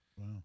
wow